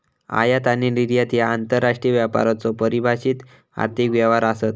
आयात आणि निर्यात ह्या आंतरराष्ट्रीय व्यापाराचो परिभाषित आर्थिक व्यवहार आसत